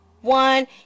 one